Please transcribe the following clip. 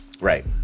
right